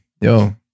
yo